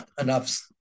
enough